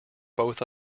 both